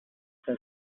has